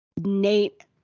Nate